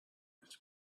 his